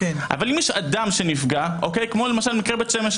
אבל אם יש אדם שנפגע כמו מקרה בית שמש.